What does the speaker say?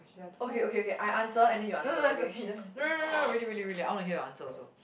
okay okay K I answer and then you answer okay no no no no really really really I want to hear your answer also